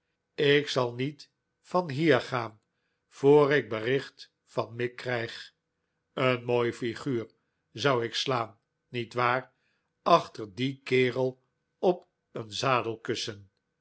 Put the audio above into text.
ik zal niet van hier gaan voor ik bericht van mick krijg een mooi flguur zou ik slaan niet waar achter dien kerel op een